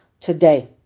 today